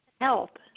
Help